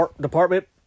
department